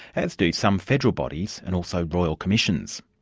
as do some federal bodies and also royal commissions.